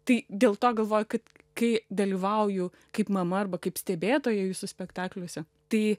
tai dėl to galvoju kad kai dalyvauju kaip mama arba kaip stebėtoja jūsų spektakliuose tai